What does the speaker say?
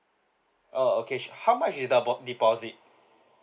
oh okay sure how much is the po~ deposit